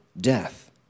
death